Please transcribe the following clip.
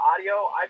audio